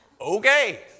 Okay